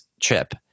trip